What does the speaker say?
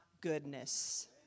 goodness